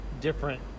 different